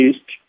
East